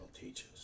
teaches